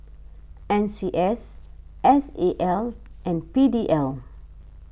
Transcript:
N C S S A L and P D L